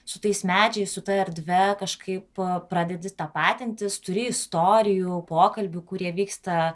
su tais medžiais su ta erdve kažkaip pradedi tapatintis turi istorijų pokalbių kurie vyksta